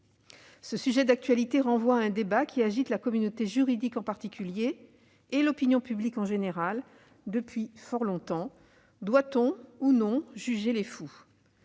Ce sujet d'actualité renvoie à un débat qui agite la communauté juridique en particulier, et l'opinion publique en général, depuis fort longtemps : doit-on, ou non, juger les fous ?